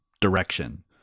direction